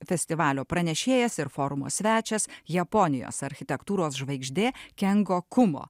festivalio pranešėjas ir forumo svečias japonijos architektūros žvaigždė kengo kuma